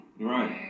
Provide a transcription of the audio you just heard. Right